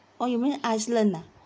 oh you mean iceland ah